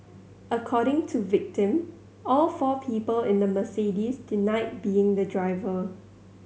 according to victim all four people in the Mercedes denied being the driver